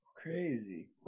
Crazy